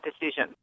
decision